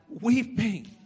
weeping